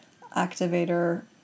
activator